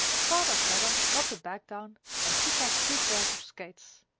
father vedder got the bag down and took out two pairs of skates.